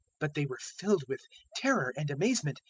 but they were filled with terror and amazement,